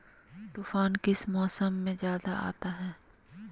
तूफ़ान किस मौसम में ज्यादा आता है?